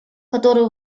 который